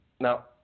Now